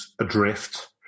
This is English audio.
adrift